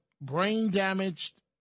brain-damaged